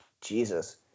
Jesus